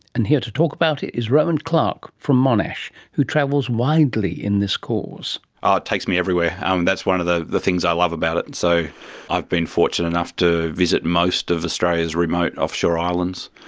and here to talk about it is rohan clarke from monash, who travels widely in this cause. ah it takes me everywhere. um that's one of the the things i love about it. and so i've been fortunate enough to visit most of australia's remote offshore islands,